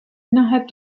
innerhalb